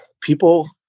people